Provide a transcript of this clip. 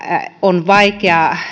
on vaikeaa